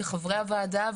כחברי הוועדה,